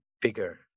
bigger